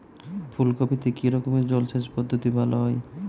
ফুলকপিতে কি রকমের জলসেচ পদ্ধতি ভালো হয়?